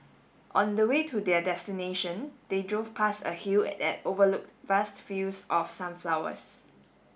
on the way to their destination they drove past a hill that overlooked vast fields of sunflowers